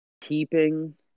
keeping